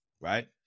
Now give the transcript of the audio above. right